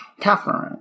Catherine